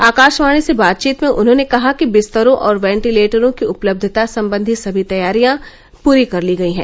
आकाशवाणी से बातचीत में उन्होंने कहा कि बिस्तरों और वेंटीलेटरों की उपलब्यता संबंधी सभी तैयारियां की गई हैं